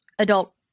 adult